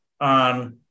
on